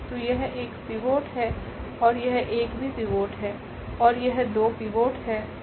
तो यह 1 पिवोट है और यह 1 भी पिवोट है और यह 2 पिवोट है